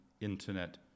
internet